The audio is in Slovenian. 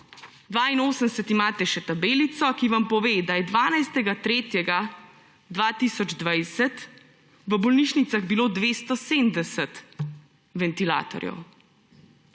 82 imate še tabelico, ki vam pove, da je 12. 3. 2020 v bolnišnicah bilo 270 ventilatorjev.